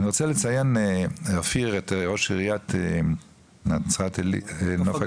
אני רוצה לציין, אופיר, את ראש עיריית נוף הגליל,